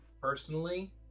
personally